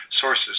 sources